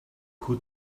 who